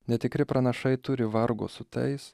netikri pranašai turi vargo su tais